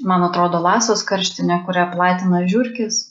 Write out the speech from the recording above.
man atrodo lasos karštinė kurią platina žiurkės